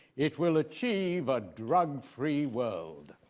it will achieve a drug free world.